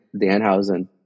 Danhausen